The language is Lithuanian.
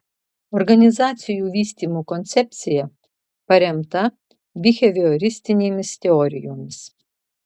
organizacijų vystymo koncepcija paremta bihevioristinėmis teorijomis